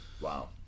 wow